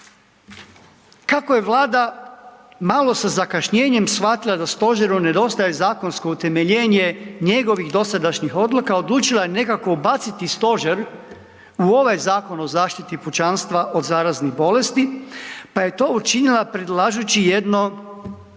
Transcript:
Kako je Vlada malo sa zakašnjenjem shvatila da stožeru nedostaje zakonsko utemeljenje njegovih dosadašnjih odluka, odlučila je nekako ubaciti stožer u ovaj Zakon o zaštiti pučanstva od zaraznih bolesti, pa je to učinila predlažući jedno,